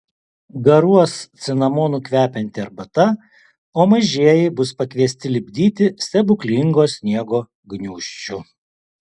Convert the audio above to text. garuos cinamonu kvepianti arbata o mažieji bus pakviesti lipdyti stebuklingo sniego gniūžčių